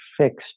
fixed